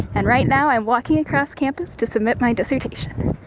and right now, i'm walking across campus to submit my dissertation.